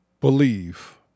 believe